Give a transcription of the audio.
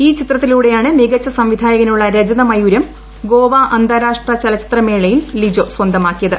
ഈ ചിത്രത്തിലൂടെയാണ് മികച്ച സംവിധായകനുള്ള രജത മയൂരം ഗോവ അന്താരാഷ്ട്ര ചലച്ചിത്ര മേളയിൽ ലിജോ സ്വന്തമാക്കിയത്